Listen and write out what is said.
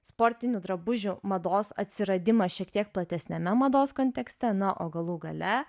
sportinių drabužių mados atsiradimą šiek tiek platesniame mados kontekste na o galų gale